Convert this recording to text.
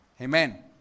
Amen